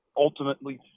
Ultimately